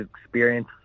experience